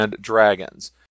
Dragons